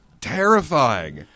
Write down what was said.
terrifying